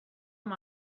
amb